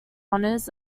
honors